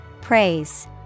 Praise